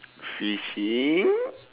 fishing